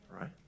right